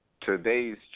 Today's